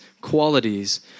qualities